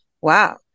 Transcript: wow